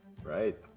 Right